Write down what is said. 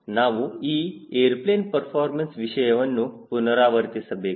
ನಾವು ಈ airplane performance ವಿಷಯವನ್ನು ಪುನರಾವರ್ತಿಸಬೇಕು